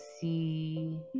see